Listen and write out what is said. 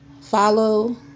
Follow